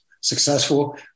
successful